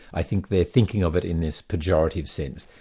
i think they're thinking of it in this pejorative sense,